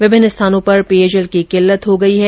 विभिन्न स्थानों पर पेयजल की किल्लत हो गई है